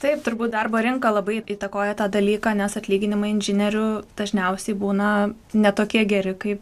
taip turbūt darbo rinka labai įtakoja tą dalyką nes atlyginimai inžinierių dažniausiai būna ne tokie geri kaip